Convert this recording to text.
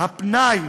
הפנאי,